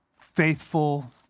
faithful